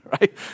right